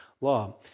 law